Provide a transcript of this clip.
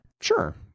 Sure